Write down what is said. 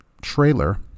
trailer